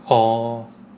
orh